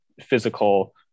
physical